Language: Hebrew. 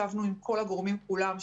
ישבנו עם כל הגורמים כולם,